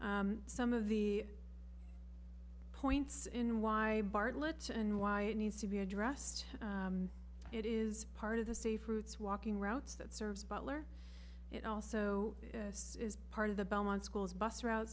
some of the points in why bartlett's and why it needs to be addressed it is part of the safe routes walking routes that serves butler it also is part of the belmont school's bus route